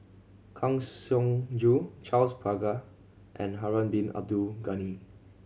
Kang Siong Joo Charles Paglar and Harun Bin Abdul Ghani